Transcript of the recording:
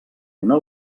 una